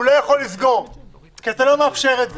הוא לא יכול לסגור כי אתה לא מאפשר את זה.